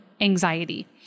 anxiety